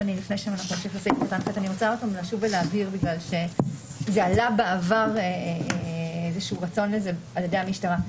אני רוצה לשוב ולהבהיר מכיוון שעלה בעבר איזשהו רצון לזה על-ידי המשטרה.